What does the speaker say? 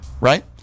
Right